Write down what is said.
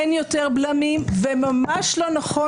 אין יותר בלמים וממש לא נכון,